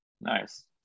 Nice